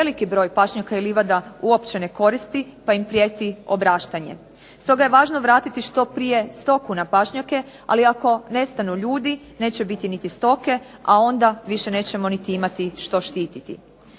veliki broj pašnjaka i livada uopće ne koristi pa im prijeti obrastanje. Stoga je važno vratiti što prije stoku na pašnjake, ali ako nestanu ljudi neće biti niti stoke, a onda više nećemo niti imati što štititi.